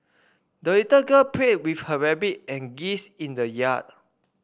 the little girl played with her rabbit and geese in the yard